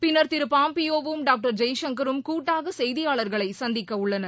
பின்னர் திரு பாம்பியோவும் டாக்டர் ஜெய்சங்கரும் கூட்டாக செய்தியாளர்களை சந்திக்க உள்ளனர்